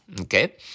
Okay